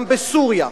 גם בסוריה.